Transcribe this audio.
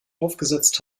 aufgesetzt